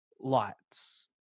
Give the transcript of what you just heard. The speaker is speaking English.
lights